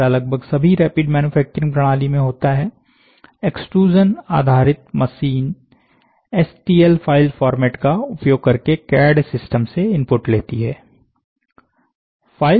जैसा लगभग सभी रैपिड मैन्युफैक्चरिंग प्रणाली में होता है एक्सट्रूजन आधारित मशीन एसटीएल फाइल फॉर्मेट का उपयोग करके कैड़ सिस्टम से इनपुट लेती है